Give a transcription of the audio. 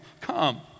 come